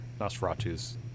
Nosferatu's